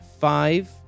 five